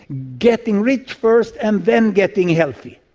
getting rich first and then getting healthy.